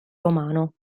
romano